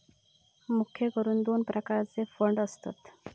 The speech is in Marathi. मुख्य करून दोन प्रकारचे फंड असतत